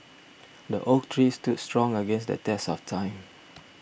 the oak tree stood strong against the test of time